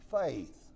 faith